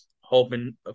Hoping